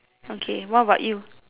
okay what about you